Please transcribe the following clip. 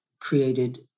created